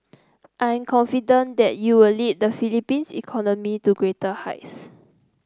I am confident that you will lead the Philippines economy to greater heights